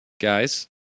Guys